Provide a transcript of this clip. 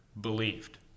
believed